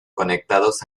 conectados